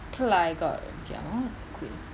okay lah I got okay I'm not okay